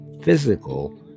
physical